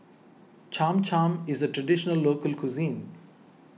Cham Cham is a Traditional Local Cuisine